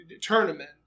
tournament